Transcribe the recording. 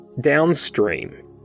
downstream